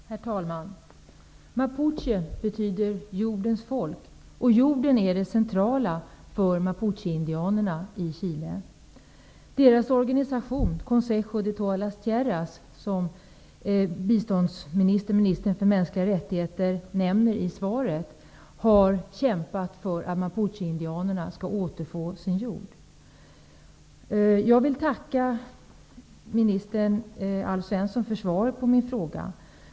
Herr talman! Mapuche betyder jordens folk. Jorden är det centrala för mapucheindianerna i Chile. Deras organisation, Consejo de la Tierra, som biståndsministern och ministern för mänskliga rättigheter nämner i svaret, har kämpat för att mapucheindianerna skall återfå sin jord. Jag vill tacka statsrådet Alf Svensson för svaret på min fråga.